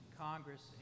Congress